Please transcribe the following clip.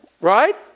Right